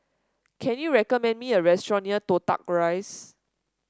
can you recommend me a restaurant near Toh Tuck Rise